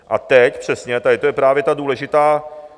A teď přesně, to je právě ta důležitá...